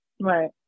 Right